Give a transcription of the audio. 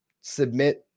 submit